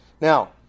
Now